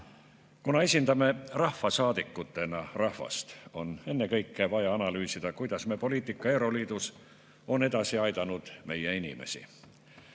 Kuna esindame rahvasaadikutena rahvast, on ennekõike vaja analüüsida, kuidas me poliitika euroliidus on edasi aidanud meie inimesi.